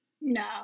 No